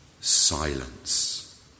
Silence